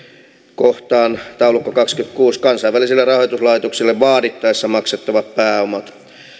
kohtaan taulukko kahdellekymmenellekuudelle kansainvälisille rahoituslaitoksille vaadittaessa maksettavat pääomat